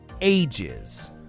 ages